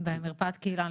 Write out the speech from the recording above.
--- במרפאת קהילה.